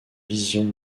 vision